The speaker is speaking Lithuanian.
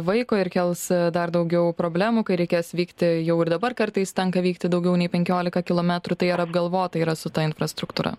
vaiko ir kels dar daugiau problemų kai reikės vykti jau ir dabar kartais tenka vykti daugiau nei penkiolika kilometrų tai ar apgalvota yra su ta infrastruktūra